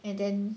and then